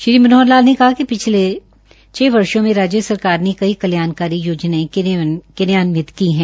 श्री मनोहर लाल ने कहा कि पिछले छह वर्षों में राज्य सरकार ने कईं कल्याणकारी योजनाएं क्रियान्वित की हैं